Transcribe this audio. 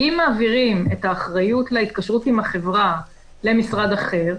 אם מעבירים את האחריות להתקשרות עם החברה למשרד אחר,